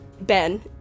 Ben